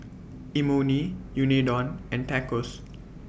Imoni Unadon and Tacos